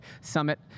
Summit